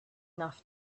enough